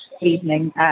evening